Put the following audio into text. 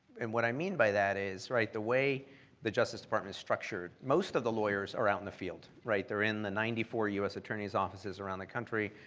and what i mean by that is, right? the way the justice department is structured most of the lawyers are out in the field, right? they're in the ninety four u s. attorney's offices around the country.